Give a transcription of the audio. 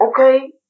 Okay